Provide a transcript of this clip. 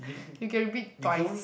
you can repeat twice